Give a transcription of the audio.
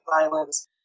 violence